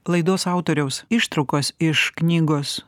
laidos autoriaus ištraukos iš knygos